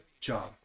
job